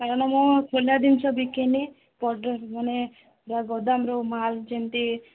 କାରଣ ମୁଁ ସୁନା ଜିନିଷ ବିକେନି ମାନେ ଗୋଦାମ୍ରୁ ମାଲ୍ ଯେମିତି